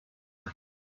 one